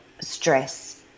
stress